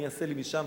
אני אעשה לי משם,